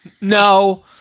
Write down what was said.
No